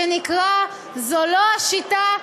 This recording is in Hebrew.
שנקרא "זאת לא השיטה,